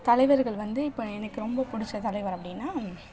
தலைவர்கள் வந்து இப்போ எனக்கு ரொம்ப பிடிச்ச தலைவர் அப்படின்னா